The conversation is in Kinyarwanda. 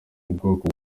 bwoko